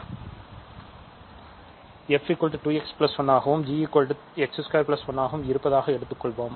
f 2x1 ஆகவும் g x21 ஆகவும் இருப்பதாக எடுத்துக்கொள்வோம்